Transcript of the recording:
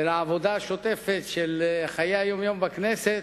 ולעבודה השוטפת של חיי היום-יום בכנסת,